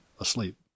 asleep